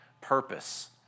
purpose